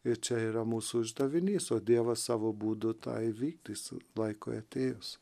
ir čia yra mūsų uždavinys o dievas savo būdu tą įvykdys laikui atėjus